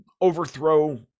overthrow